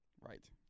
Right